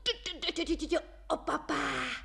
o ti ti opa pa